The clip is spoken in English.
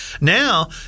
Now